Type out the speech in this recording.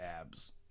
abs